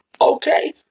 okay